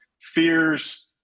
fears